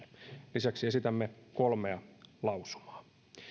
lisäksi esitämme kolmea lausumaa